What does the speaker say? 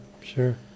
sure